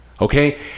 okay